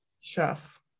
Chef